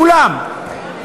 כולם,